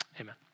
amen